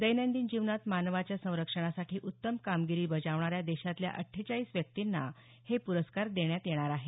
दैनंदिन जीवनात मानवाच्या संरक्षणासाठी उत्तम कामगिरी बजावणाऱ्या देशातल्या अद्रेचाळीस व्यक्तींना हे पुरस्कार देण्यात येणार आहेत